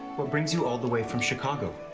what brings you all the way from chicago?